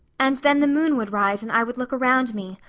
and then the moon would rise and i would look around me.